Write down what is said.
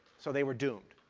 so they were doomed.